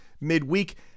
midweek